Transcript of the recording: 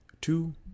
two